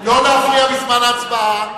לא להפריע בזמן ההצבעה.